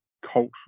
cult